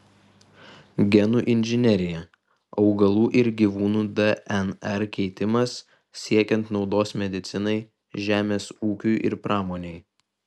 genų inžinerija augalų ir gyvūnų dnr keitimas siekiant naudos medicinai žemės ūkiui ir pramonei